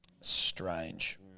Strange